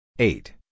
Eight